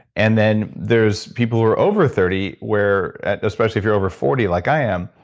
and then, there's people who are over thirty where at. especially if you're over forty like i am,